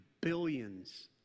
billions